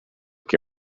che